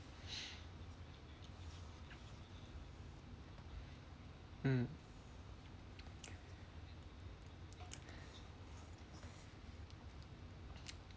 mm